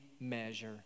measure